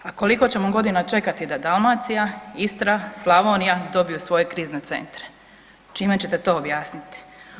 A koliko ćemo godina čekati da Dalmacija, Istra, Slavonija dobiju svoje krizne centre, čime ćete to objasniti?